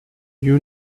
you